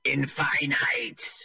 Infinite